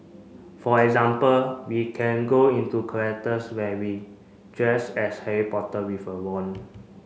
for example we can go into characters where we dressed as Harry Potter with a wand